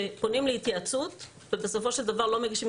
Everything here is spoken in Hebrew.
שפונים להתייעצות ובסופו של דבר לא מגישים